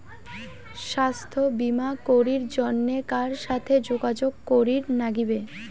স্বাস্থ্য বিমা করির জন্যে কার সাথে যোগাযোগ করির নাগিবে?